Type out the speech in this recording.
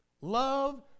Love